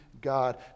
god